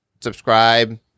subscribe